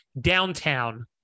downtown